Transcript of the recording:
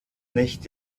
nicht